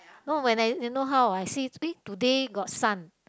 no when I you know how I see eh today got sun